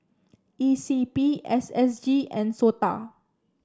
E C P S S G and S O T A